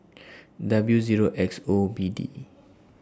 W Zero X O B D